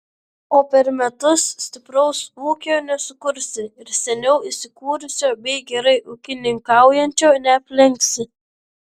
o per metus stipraus ūkio nesukursi ir seniau įsikūrusio bei gerai ūkininkaujančio neaplenksi